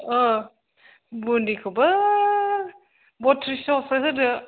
अ बुन्दिखौबो बत्रिसस'सो होदो